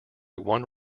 one